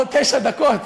תשע דקות,